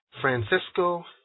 Francisco